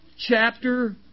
chapter